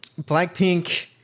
Blackpink